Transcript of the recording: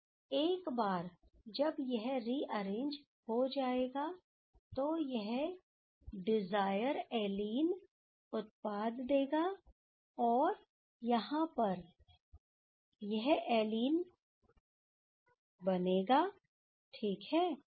और एक बार जब यह रिअरेंज हो जाएगा तो यह डिजायर एलीन उत्पाद देगा और यहां पर यह एलीन बनेगा ठीक है